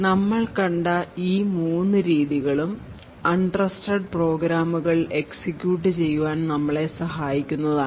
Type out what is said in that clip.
നമ്മൾ കണ്ട ഈ മൂന്നു രീതികളും അൺ ട്രസ്റ്റഡ് പ്രോഗ്രാമുകൾ എക്സിക്യൂട്ട് ചെയ്യുവാൻ നമ്മളെ സഹായിക്കുന്നതാണ്